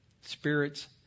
spirit's